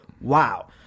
wow